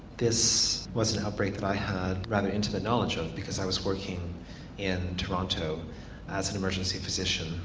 this was an outbreak that i had rather intimate knowledge of because i was working in toronto as an emergency physician.